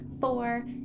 four